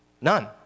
none